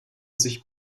sich